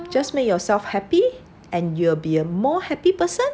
just make yourself happy and you will be a more happy person